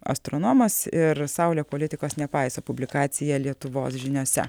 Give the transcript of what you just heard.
astronomas ir saulė politikos nepaiso publikacija lietuvos žiniose